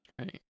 Right